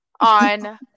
on